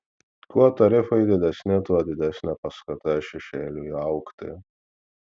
kuo tarifai didesni tuo didesnė paskata šešėliui augti